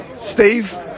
Steve